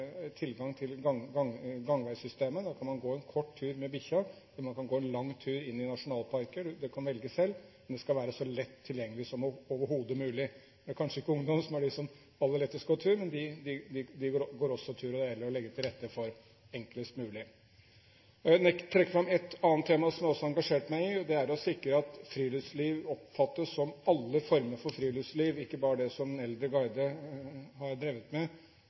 til tilgang til gangveisystemet. Man kan gå en kort tur med bikkja, eller man kan gå en lang tur inn i nasjonalparker. Man kan velge selv, men det skal være så lett tilgjengelig som overhodet mulig. Nå er kanskje ikke ungdom dem som aller mest går tur, men de går også tur, og det gjelder å legge til rette for at det kan gjøres enklest mulig. Jeg vil trekke fram et annet tema som jeg også har engasjert meg i, og det er å sikre at friluftsliv oppfattes som alle former for friluftsliv, ikke bare det som den eldre garde har drevet med.